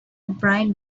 bright